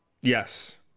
Yes